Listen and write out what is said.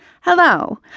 Hello